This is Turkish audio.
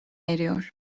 eriyor